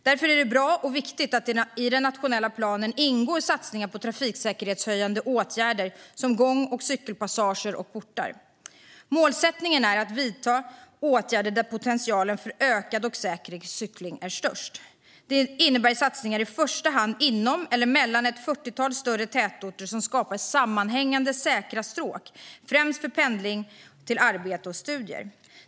Därför är det bra och viktigt att det i den nationella planen ingår satsningar på trafiksäkerhetshöjande åtgärder som gång och cykelpassager och portar. Målsättningen är att vidta åtgärder där potentialen för ökad och säker cykling är störst. Det innebär i första hand satsningar inom eller mellan ett fyrtiotal större tätorter som skapar sammanhängande säkra stråk, främst för pendling till arbete och studier.